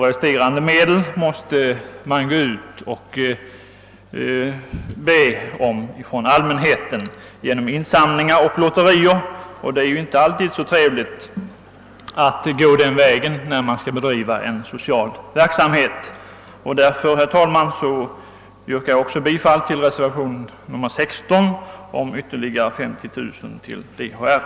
Resterande medel måste man gå ut och be om hos allmänheten genom insamlingar och lotterier, och det är inte alltid så trevligt att gå den vägen för att bedriva social verksamhet. Därför, herr talman, yrkar jag bifall till reservationen nr 16, innebärande en anslagsökning av ytterligare 50 000 kronor till DHR.